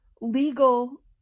legal